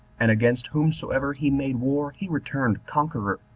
and against whomsoever he made war he returned conqueror,